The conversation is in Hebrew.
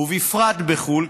ובפרט בחו"ל,